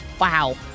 Wow